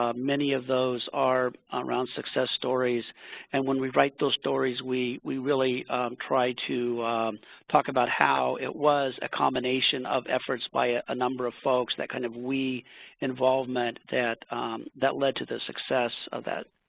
ah many of those are around success stories and when we write those stories, we we really try to talk about how it was a combination of efforts by a ah number of folks that kind of involvement that that led to the success of that